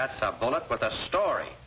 that's what the story